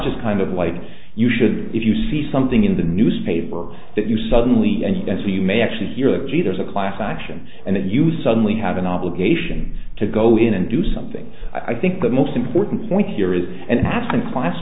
just kind of like you should if you see something in the newspaper that you suddenly and so you may actually hear that gee there's a class action and then you suddenly have an obligation to go in and do something i think the most important point here is and asked in class